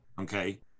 okay